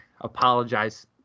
Apologize